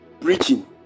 preaching